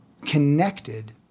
connected